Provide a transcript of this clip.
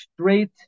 straight